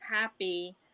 happy